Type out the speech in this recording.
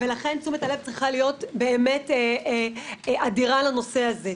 ולכן תשומת הלב צריכה להיות באמת אדירה לנושא הזה.